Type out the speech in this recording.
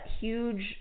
huge